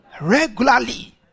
Regularly